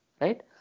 right